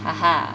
ah ha